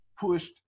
pushed